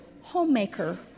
homemaker